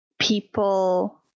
people